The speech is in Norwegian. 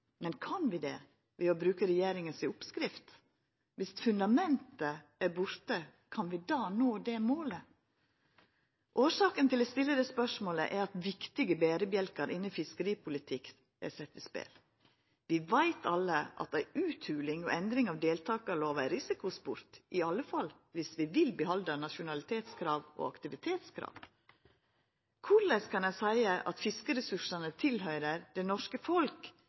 Men kan vi det ved å bruka regjeringa si oppskrift? Viss fundamentet er borte, kan vi då nå det målet? Årsaka til at eg stiller dette spørsmålet, er at viktige berebjelkar innan fiskeripolitikken er sett i spel. Vi veit alle at ei utholing og endring av deltakarlova er risikosport viss vi vil behalda nasjonalitetskrav og aktivitetskrav. Korleis kan ein seia at fiskeressursane høyrer det norske